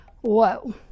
Whoa